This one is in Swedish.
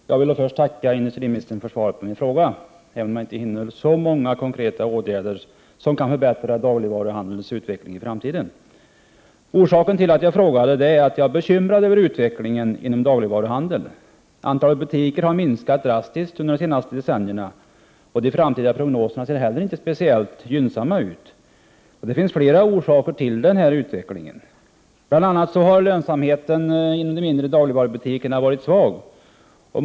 Herr talman! Jag vill först tacka industriministern för svaret på min fråga, även om jag inte finner så många konkreta åtgärder som kan förbättra dagligvaruhandelns utveckling i framtiden. Orsaken till att jag frågade är att jag är bekymrad över utvecklingen i dagligvaruhandeln. Antalet butiker har minskat drastiskt under de senaste decennierna. Prognoserna ser inte heller speciellt gynnsamma ut. Det finns flera orsaker till denna utveckling. Bl.a. har lönsamheten inom de mindre dagligvarubutikerna varit svag.